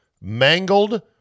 mangled